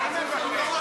הוא לא רוצה.